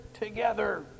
together